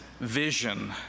vision